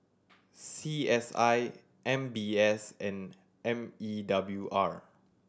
C S I M B S and M E W R